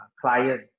client